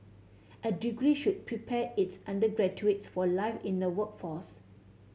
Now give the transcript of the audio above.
a degree should prepare its undergraduates for life in the workforce